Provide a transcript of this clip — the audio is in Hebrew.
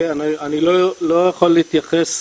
אני לא יכול להתייחס,